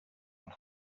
one